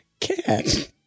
cat